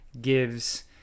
gives